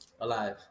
alive